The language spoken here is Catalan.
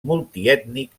multiètnic